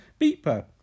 beeper